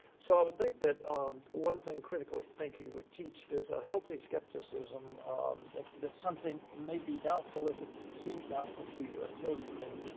so i would think that um one thing critical thinking would teach is a healthy skepticism that that something may be doubtful if it seems doubtful to you, until you can.